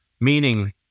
Meaning